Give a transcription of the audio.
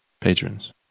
patrons